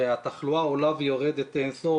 הרי התחלואה עולה ויורדת אין סוף.